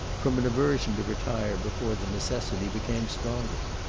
from an aversion to retire before the necessity became stronger,